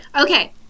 Okay